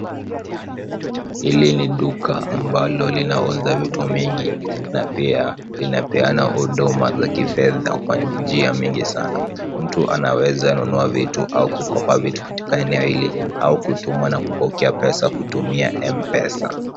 Hili ni duka ambalo linauza vitu mingi na pia linapeana huduma za kifedha kwa njia mingi sanaa. Mtu anaweza nunua vitu au kukopa vitu katika eneo hili au kutuma na kupokea pesa kutumia Mpesa.